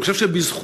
אני חושב שבזכותם